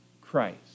Christ